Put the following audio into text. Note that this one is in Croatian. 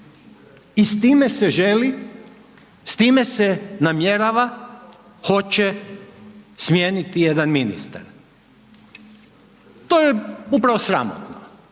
i s time se želi, s time se namjerava, hoće smijeniti jedan ministar. To je upravo sramotno,